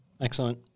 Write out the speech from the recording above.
Excellent